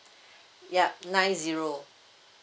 yup nine zero